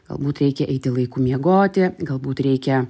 galbūt reikia eiti laiku miegoti galbūt reikia